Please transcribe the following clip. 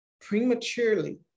prematurely